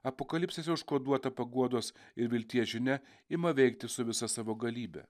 apokalipsėse užkoduota paguodos ir vilties žinia ima veikti su visa savo galybe